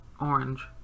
orange